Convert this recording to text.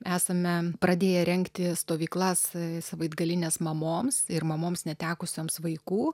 esame pradėję rengti stovyklas savaitgalines mamoms ir mamoms netekusioms vaikų